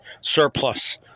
surplus